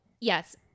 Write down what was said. yes